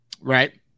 right